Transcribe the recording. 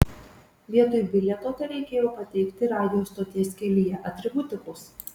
vietoj bilieto tereikėjo pateikti radijo stoties kelyje atributikos